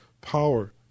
power